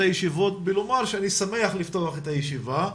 הישיבות בלומר שאני שמח לפתוח את הישיבה,